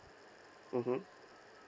mmhmm